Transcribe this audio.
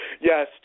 Yes